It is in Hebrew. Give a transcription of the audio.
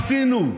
עשינו,